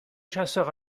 chasseurs